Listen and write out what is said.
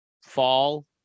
fall